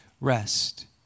rest